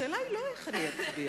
השאלה היא לא איך אני אצביע.